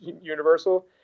universal